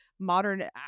modern